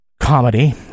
comedy